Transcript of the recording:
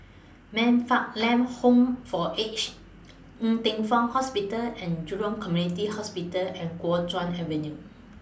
Man Fatt Lam Home For Aged Ng Teng Fong Hospital and Jurong Community Hospital and Kuo Chuan Avenue